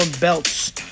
belts